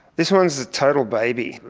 this one is a total baby.